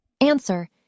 answer